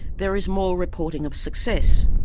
there is more reporting of success.